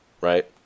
right